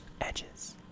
edges